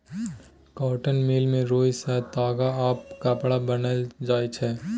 cotton mill मे रुइया सँ ताग आ कपड़ा बनाएल जाइ छै